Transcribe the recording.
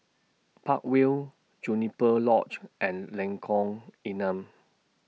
Park Vale Juniper Lodge and Lengkong Enam